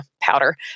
powder